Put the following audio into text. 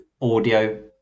audio